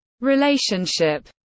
Relationship